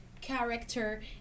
character